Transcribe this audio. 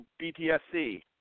BTSC